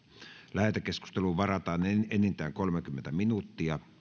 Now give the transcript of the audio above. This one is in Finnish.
lähetekeskusteluun varataan enintään kolmekymmentä minuuttia